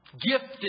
gifted